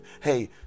Hey